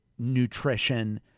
nutrition